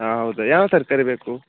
ಹಾಂ ಹೌದಾ ಯಾವ ತರಕಾರಿ ಬೇಕು